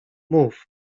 mów